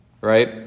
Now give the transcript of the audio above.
Right